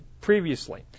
previously